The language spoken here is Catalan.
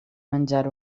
menjar